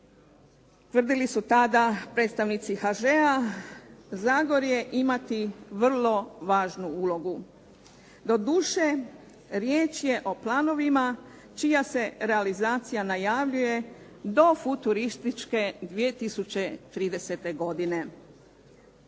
tvrdili su tada predstavnici HŽ-a, Zagorje imati vrlo važnu ulogu. Doduše riječ je o planovima čija se realizacija najavljuje do futurističke 2030. godine.